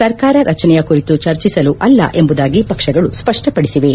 ಸರ್ಕಾರ ರಚನೆಯ ಕುರಿತು ಚರ್ಚಿಸಲು ಅಲ್ಲ ಎಂಬುದಾಗಿ ಪಕ್ಷಗಳೂ ಸ್ವಪ್ಪಡಿಸಿವೆ